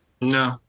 No